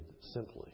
simply